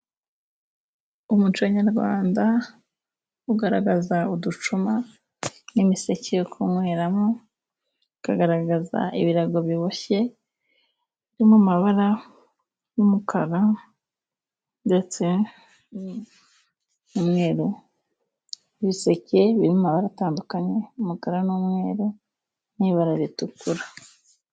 Umuco nyarwanda ugaragaza uducuma n'imiseke yo kunyweramo, ukagaragaza ibirago biboshye biri mu mabara y'umukara ndetse n'umweru, ibiseke biri mu mabara atandukanye: umukara n'umweru n'ibara ritukura.